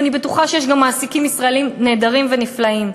אני בטוחה שיש גם מעסיקים ישראלים נהדרים ונפלאים,